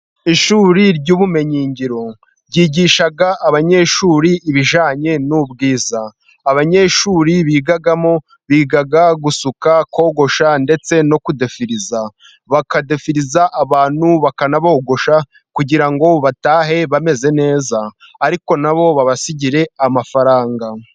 Ishuri ry'ubumenyingiro ryigisha abanyeshuri ibijyanye n'ubwiza. Abanyeshuri bigamo biga gusuka, kogosha, ndetse no kudefiriza. Bakadefiriza abantu bakanabogosha, kugira ngo batahe bameze neza. Ariko na bo babasigire amafaranga.